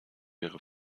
wäre